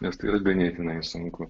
nes tai yra ganėtinai sunku